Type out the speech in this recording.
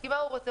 כי מה הוא רוצה?